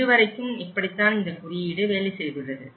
இதுவரைக்கும் இப்படித்தான் இந்த குறியீடு வேலை செய்துள்ளது